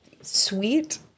sweet